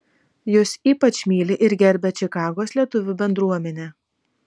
jus ypač myli ir gerbia čikagos lietuvių bendruomenė